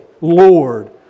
Lord